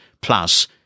Plus